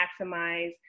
maximize